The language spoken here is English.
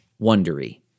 Wondery